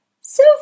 So